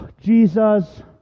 Jesus